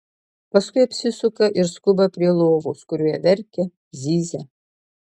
paskui apsisuka ir skuba prie lovos kurioje verkia zyzia